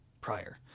prior